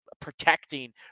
protecting